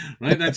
right